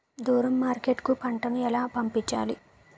దూరం మార్కెట్ కు పంట ను ఎలా పంపించాలి?